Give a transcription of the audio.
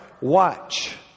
Watch